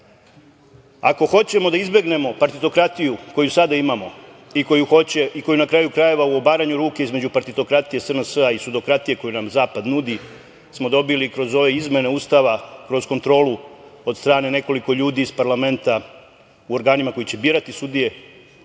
Ako hoćemo da izbegnemo partitokratiju koju sada imamo i koju, na kraju krajeva, u obaranju ruke između partitokratije SNS-a i sudokratije koju nam Zapad nudi smo dobili kroz ove izmene Ustava, kroz kontrolu od strane nekoliko ljudi iz parlamenta u organima koji će birati sudije,